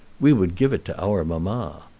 we would give it to our mamma.